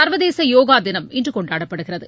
சர்வதேச யோகா தினம் இன்று கொண்டாடப்படுகிறது